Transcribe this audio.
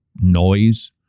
noise